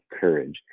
courage